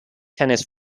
tennis